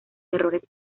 errores